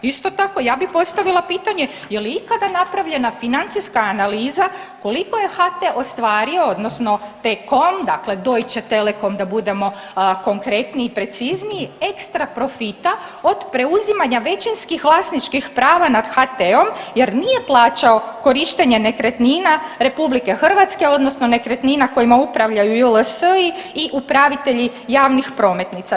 Isto tako, ja bih postavila pitanje je li ikada napravljena financijska analiza koliko je HT ostvario, odnosno T-Com, dakle Deutsche telecom da budemo konkretniji, precizniji ekstra profita od preuzimanja većinskih vlasničkih prava nad HT-om jer nije plaćao korištenje nekretnina Republike Hrvatske, odnosno nekretnina kojima upravljaju JLS-i i upravitelji javnih prometnica.